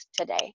today